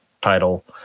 title